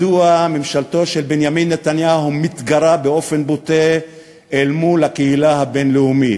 מדוע ממשלתו של בנימין נתניהו מתגרה באופן בוטה בקהילה הבין-לאומית?